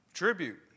Tribute